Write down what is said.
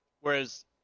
Whereas